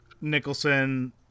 Nicholson